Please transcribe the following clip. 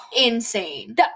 insane